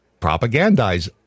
propagandize